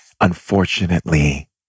unfortunately